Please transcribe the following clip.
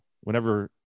whenever